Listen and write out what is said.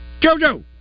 JoJo